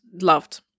loved